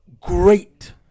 great